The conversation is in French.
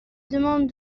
demande